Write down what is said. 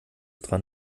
dran